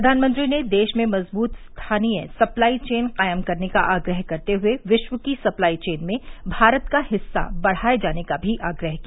प्रधानमंत्री ने देश में मजबूत स्थानीय सप्लाई चेन कायम करने का आग्रह करते हुए विश्व की सप्लाई चेन में भारत का हिस्सा बढ़ाये जाने का भी आग्रह किया